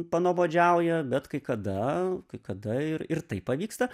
panuobodžiauja bet kai kada kai kada ir ir tai pavyksta